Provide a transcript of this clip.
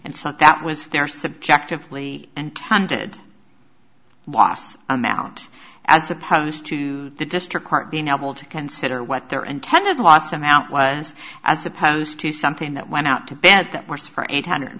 and so that was their subjectively intended loss amount as opposed to the district court being able to consider what their intended loss amount was as opposed to something that went out to bat that works for eight hundred